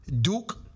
Duke